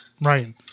Right